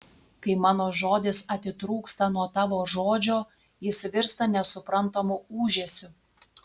kai mano žodis atitrūksta nuo tavo žodžio jis virsta nesuprantamu ūžesiu